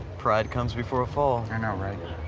pride comes before a fall. i know, right?